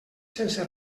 sense